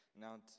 Now